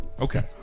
Okay